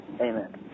amen